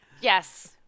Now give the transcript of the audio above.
Yes